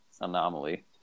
anomaly